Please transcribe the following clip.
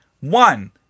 One